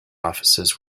offices